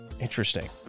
Interesting